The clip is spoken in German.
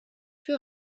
für